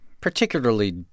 Particularly